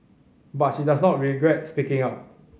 but she does not regret speaking up